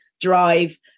drive